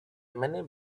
many